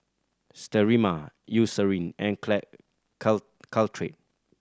Sterimar Eucerin and Caltrate